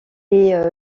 est